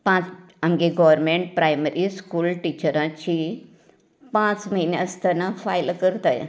पांच आमगे government primary school टिचरांची पांच म्हयनें आसतनांच फायल करताय